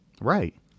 right